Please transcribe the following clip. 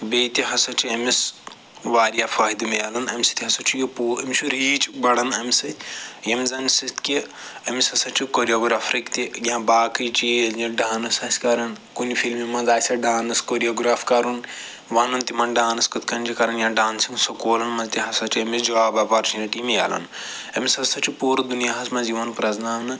بیٚیہِ تہِ ہَسا چھِ أمِس وارِیاہ فٲہدٕ مِلان اَمہِ سۭتۍ ہَسا چھُ یہِ پوٗ أمِس چھُ ریٖچ بَڑان اَمہِ سۭتۍ یِم زن سۭتۍ کہِ أمِس ہَسا چھُ کوریوگرٛافرٕکۍ تہِ یا باقٕے چیٖز یہِ ڈانٕس آسہِ کَران کُنہِ فلمہِ منٛز آسیا ڈانٕس کوٚریوگرٛاف کَرُن وَنُن تِمن ڈانٕس کِتھ کٔنۍ چھِ کَرٕنۍ یا ڈانسِنٛگ سُکوٗلن منٛز تہِ ہَسا چھِ أمِس جاب اَپرچُنِٹی مِلان أمِس ہَسا چھُ پوٗرٕ دُنیاہس منٛز یِوان پرٛٮ۪زناونہٕ